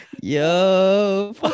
Yo